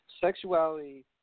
Sexuality